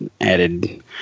added